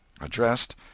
Addressed